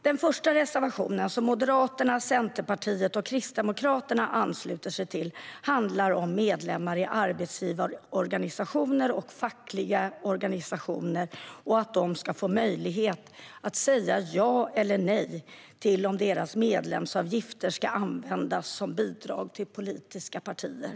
Den första reservationen, som Moderaterna, Centerpartiet och Kristdemokraterna ansluter sig till, handlar om att medlemmar i arbetsgivarorganisationer och fackliga organisationer ska få möjlighet att säga ja eller nej till om deras medlemsavgifter ska få användas som bidrag till politiska partier.